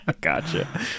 Gotcha